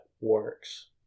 works